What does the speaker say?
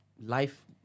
life